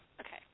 Okay